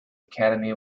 academy